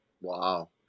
wow